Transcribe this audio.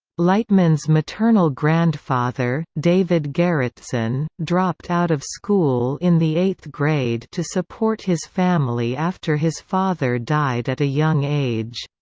lightman's maternal grandfather, david garretson, dropped out of school in the eighth grade to support his family after his father died at a young age.